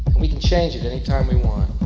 we can change it anytime we want.